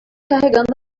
carregando